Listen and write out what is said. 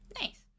Nice